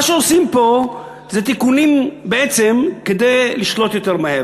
מה שעושים פה זה תיקונים בעצם כדי לשלוט יותר מהר.